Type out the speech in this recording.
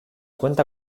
cuenta